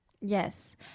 yes